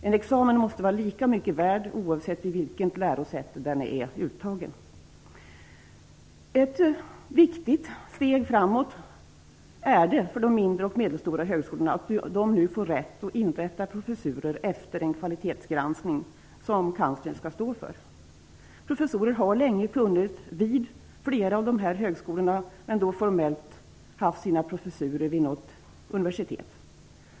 En examen måste vara lika mycket värd oavsett vilket lärosäte den är uttagen vid. Ett viktigt steg framåt för de mindre och medelstora högskolorna är att de nu får rätt att inrätta professurer efter den kvalitetsgranskning som kanslern skall stå för. Professorer har funnits länge vid flera av de här högskolorna, men de har formellt haft sina professurer vid något universitet.